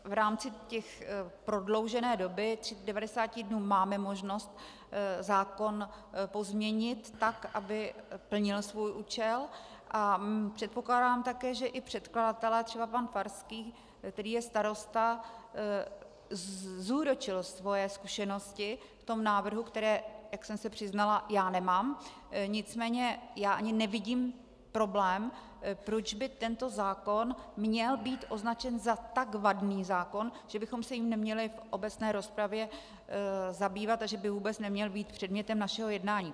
V rámci prodloužené doby 90 dnů máme možnost zákon pozměnit tak, aby plnil svůj účel, a předpokládám také, že i předkladatelé, třeba pan Farský, který je starosta, zúročil svoje zkušenosti v návrhu, které, jak jsem se přiznala, já nemám, nicméně já ani nevidím problém, proč by tento zákon měl být označen za tak vadný zákon, že bychom se jím neměli v obecné rozpravě zabývat a že by vůbec neměl být předmětem našeho jednání.